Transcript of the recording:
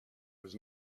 was